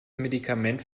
medikament